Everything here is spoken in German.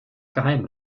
geheim